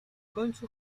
końcu